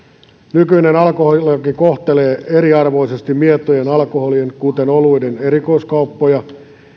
nykyinen alkoholilaki kohtelee eriarvoisesti mietojen alkoholien kuten oluiden erikoiskauppoja